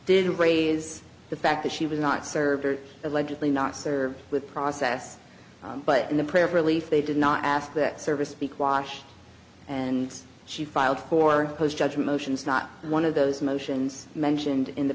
did raise the fact that she was not served or allegedly not served with process but in the prayer of relief they did not ask that service speak wash and she filed for judge motions not one of those motions mentioned in the